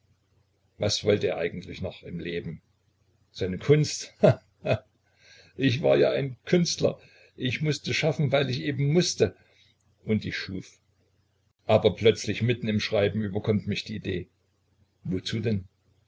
was wollte er eigentlich noch im leben seine kunst he he ich war ja ein künstler ich mußte schaffen weil ich eben mußte und ich schuf aber plötzlich mitten im schreiben überkommt mich die idee wozu denn